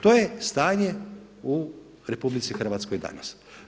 To je stanje u RH danas.